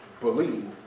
believe